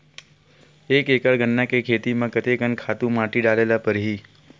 एक एकड़ गन्ना के खेती म कते कन खातु माटी डाले ल पड़ही?